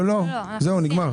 לא, לא, זהו נגמר.